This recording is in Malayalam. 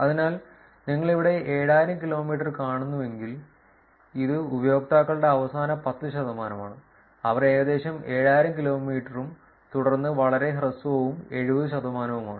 അതിനാൽ നിങ്ങൾ ഇവിടെ 7000 കിലോമീറ്റർ കാണുന്നുവെങ്കിൽ ഇത് ഉപയോക്താക്കളുടെ അവസാന 10 ശതമാനമാണ് അവർ ഏകദേശം 7000 കിലോമീറ്ററും തുടർന്ന് വളരെ ഹ്രസ്വവും 70 ശതമാനവുമാണ്